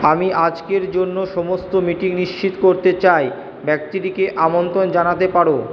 আমি আজকের জন্য সমস্ত মিটিং নিশ্চিত করতে চাই ব্যক্তিটিকে আমন্ত্রণ জানাতে পারো